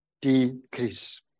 decrease